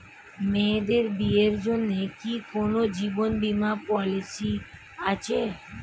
মেয়েদের বিয়ের জন্য কি কোন জীবন বিমা পলিছি আছে?